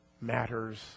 matters